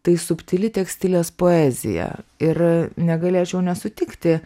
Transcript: tai subtili tekstilės poezija ir negalėčiau nesutikti